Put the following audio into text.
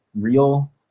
real